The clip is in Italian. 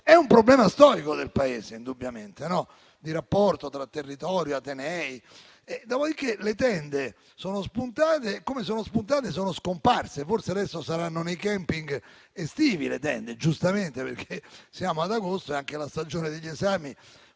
È un problema storico del Paese, indubbiamente, di rapporto tra territorio e atenei. Dopodiché le tende, come sono spuntate, così sono scomparse. Forse adesso saranno nei *camping* estivi, giustamente, perché siamo ad agosto e anche la stagione degli esami